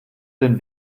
den